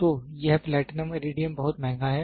तो यह platinum iridium बहुत महँगा है